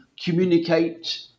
communicate